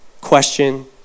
question